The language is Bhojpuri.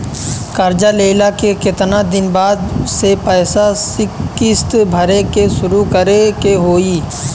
कर्जा लेला के केतना दिन बाद से पैसा किश्त भरे के शुरू करे के होई?